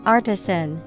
Artisan